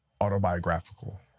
autobiographical